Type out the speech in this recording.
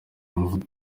amavuta